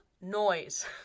noise